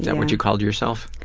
and what you called yourself?